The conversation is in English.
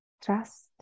trust